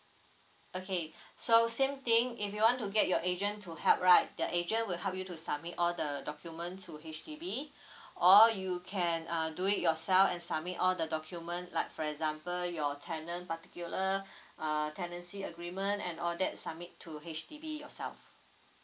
okay so same thing if you want to get your agent to help right the agent will help you to submit all the document to H_D_B or you can uh do it yourself and submit all the document like for example your tenant particular err tenancy agreement and all that submit to H_D_B yourself